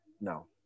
no